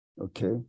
okay